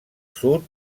sud